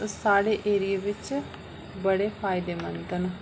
ओह् साढ़े एरिया बिच बड़े फायदेमंद न